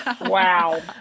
Wow